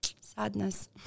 sadness